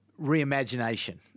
reimagination